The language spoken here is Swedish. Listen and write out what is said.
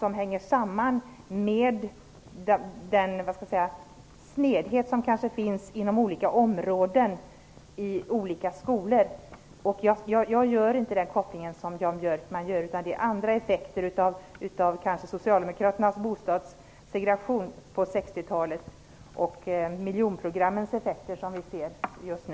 De hänger samman med den snedhet som kanske finns inom olika områden och i olika skolor. Jag gör inte den koppling som Jan Björkman gör. Jag tror att det är effekter av andra saker som vi ser just nu, kanske av socialdemokraternas bostadssegregation på 60 talet och av miljonprogrammen.